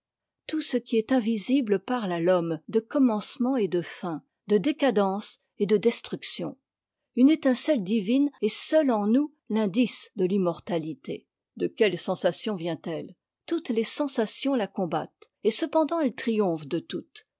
tout ce qui est invisible parle à l'homme de commencement et de fin de décadence et de destruction une étincelle divine est seule en nous l'indice de l'immortalité de quelle sensation vientelle toutes les sensations la combattent et cependant elle triomphe de toutes